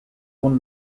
one